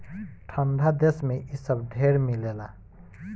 ठंडा देश मे इ सब ढेर मिलेला